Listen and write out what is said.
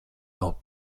nav